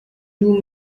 two